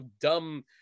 dumb